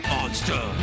Monster